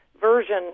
version